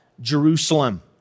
Jerusalem